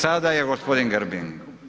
Sada je gospodin Grin.